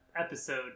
episode